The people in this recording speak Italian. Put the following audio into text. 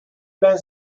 ben